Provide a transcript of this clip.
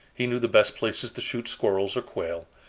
he knew the best places to shoot squirrels or quail,